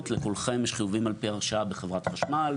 לכולכם יש חיובים על פי הרשאה בחברת חשמל,